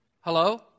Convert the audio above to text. hello